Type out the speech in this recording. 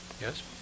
Yes